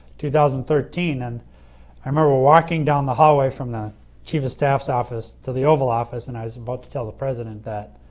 two thousand and thirteen. and i remember walking down the hallway from the chief of staff's office to the oval office and i was about to tell the president that